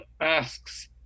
asks